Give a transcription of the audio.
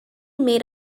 made